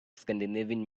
scandinavian